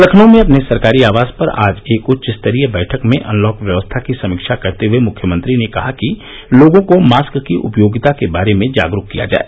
लखनऊ में अपने सरकारी आवास पर आज एक उच्च स्तरीय बैठक में अनलॉक व्यवस्था की समीक्षा करते हुए मुख्यमंत्री ने कहा कि लोगों को मास्क की उपयोगिता के बारे में जागरूक किया जाए